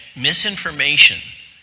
misinformation